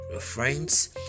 friends